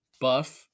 buff